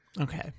Okay